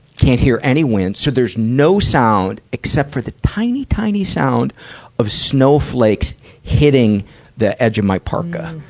can't hear any wind. so there's no sound, except for the tiny, tiny sound of snowflakes hitting the edge of my parka.